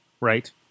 right